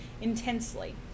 intensely